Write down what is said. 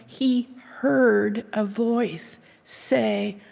he heard a voice say,